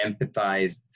empathized